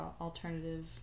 alternative